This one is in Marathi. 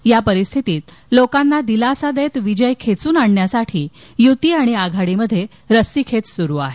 यापरिस्थितीत लोकांना दिलासा देत विजय खेचून आणण्यासाठी युती आणि आघाडीमध्ये रस्सीखेच सुरू आहे